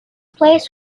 place